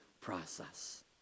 process